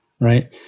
right